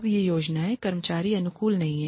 अब ये योजनाएं कर्मचारी अनुकूल नहीं हैं